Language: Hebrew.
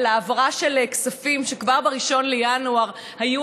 על העברה של כספים שכבר ב-1 בינואר הייתה